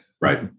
Right